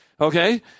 okay